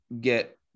get